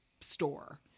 store